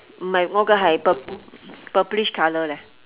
m hai o ge hai purp~ purplish colour leh